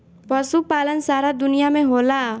पशुपालन सारा दुनिया में होला